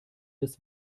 des